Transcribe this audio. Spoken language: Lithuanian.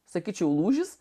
sakyčiau lūžis